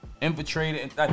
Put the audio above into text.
infiltrated